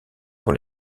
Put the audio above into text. pour